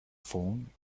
phone